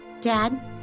Dad